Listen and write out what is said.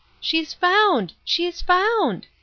she's found, she's found!